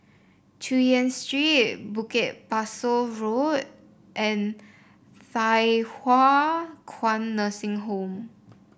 Chu Yen Street Bukit Pasoh Road and Thye Hua Kwan Nursing Home